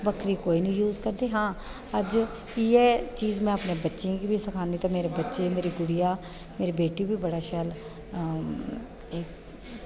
बक्खरी कोई निं यूज़ करदे आं अज्ज इयै चीज़ में अपने बच्चें गी बी सखानी मेरी गुड़िया मेरी बेटी बी बड़ा शैल